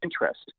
interest